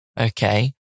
okay